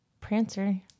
Prancer